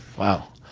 wow.